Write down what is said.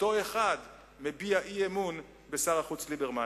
אותו אחד מביע אי-אמון בשר החוץ ליברמן.